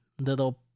Little